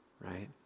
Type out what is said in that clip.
right